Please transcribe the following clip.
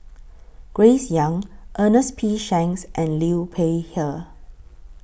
Grace Young Ernest P Shanks and Liu Peihe